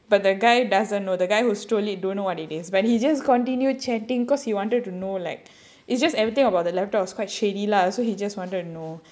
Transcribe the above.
but the guy doesn't know the guy who stole it don't know what it is but he just continued chatting because he wanted to know like it's just everything about the laptop was quite shady lah so he just wanted to know